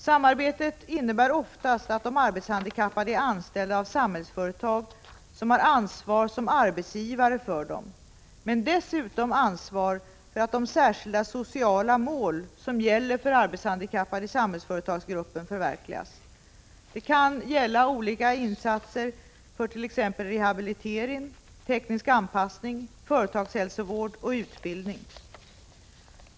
Samarbetet innebär oftast att de arbetshandikappade är anställda av Samhällsföretag, som har ansvar som arbetsgivare för dem men dessutom ansvar för att de särskilda sociala mål som gäller för arbetshandikappade i Samhällsföretagsgruppen förverkligas. Det kan gälla olika insatser för t.ex. rehabilitering, teknisk anpassning, företagshälsovård och utbildning.